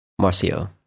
Marcio